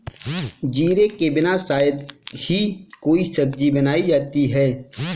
जीरे के बिना शायद ही कोई सब्जी बनाई जाती है